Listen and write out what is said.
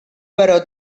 però